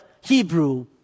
Hebrew